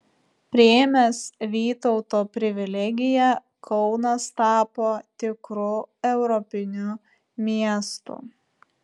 priėmęs vytauto privilegiją kaunas tapo tikru europiniu miestu